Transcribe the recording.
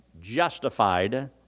justified